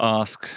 ask